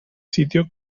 sitio